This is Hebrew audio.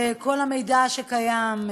כל המידע שקיים,